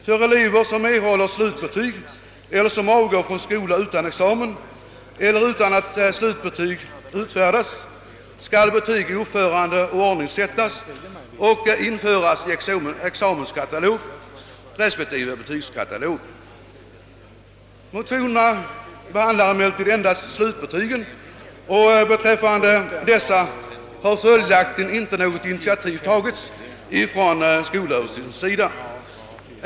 För elever som erhåller slutbetyg eller som avgår från skola utan examen eller utan att slutbetyg utfärdats, skall betyg i uppförande och ordning sättas och införas i examens Motionerna behandlar emellertid endast slutbetygen och beträffande dessa har något initiativ inte tagits av skolöverstyrelsen.